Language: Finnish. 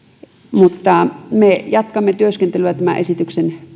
mutta me jatkamme työskentelyä tämän esityksen